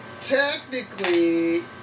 Technically